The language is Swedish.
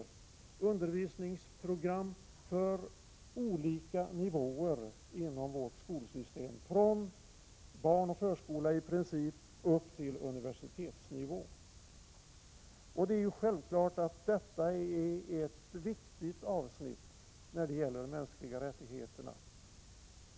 Vi skulle kunna ha undervisningsprogram för olika nivåer inom vårt skolsystem, i princip från förskolan upp till universitetsnivå. Det är självklart att detta är ett viktigt avsnitt när det gäller de mänskliga rättigheterna.